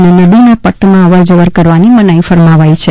અને નદીના પટ્ટમાં અવરજવર કરવાની મનાઈ ફરમાવી છે